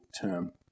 term